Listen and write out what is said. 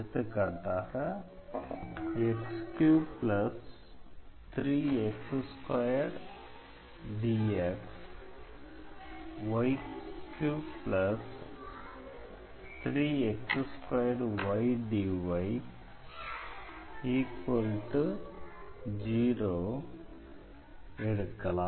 எடுத்துக்காட்டாக x33xy2dxy33x2ydy0x0 எடுக்கலாம்